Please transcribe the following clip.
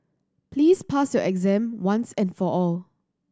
please pass your exam once and for all